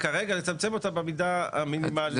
בהצעה הממשלתית.